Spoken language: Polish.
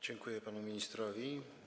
Dziękuję panu ministrowi.